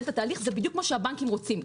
את התהליך זה בדיוק מה שהבנקים רוצים.